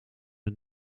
het